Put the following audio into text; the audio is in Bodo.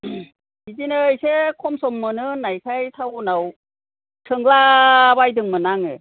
बिदिनो इसे खम सम मोनो होननायखाय थाउन आव सोंलाबायदोंमोन आङो